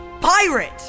pirate